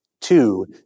Two